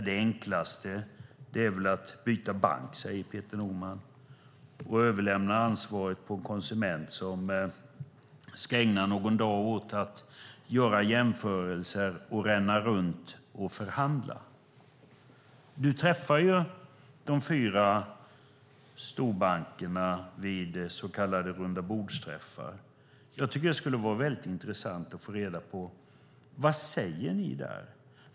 Det enklaste är väl att byta bank, säger Peter Norman, och överlämnar ansvaret till konsumenten som ska ägna någon dag åt att göra jämförelser och ränna runt och förhandla. Peter Norman, du träffar de fyra storbankerna vid så kallade rundabordsträffar. Jag tycker att det skulle vara mycket intressant att få reda på vad ni säger där.